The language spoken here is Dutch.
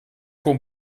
kon